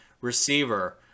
receiver